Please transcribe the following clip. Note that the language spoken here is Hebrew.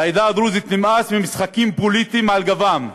לעדה הדרוזית נמאס ממשחקים פוליטיים על גבם,